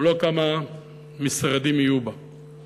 הוא לא כמה משרדים יהיו בה,